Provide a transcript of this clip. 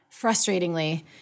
frustratingly